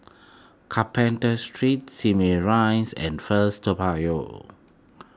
Carpenter Street Simei Rise and First Toa Payoh